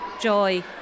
joy